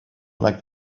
like